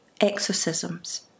exorcisms